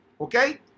okay